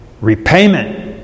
Repayment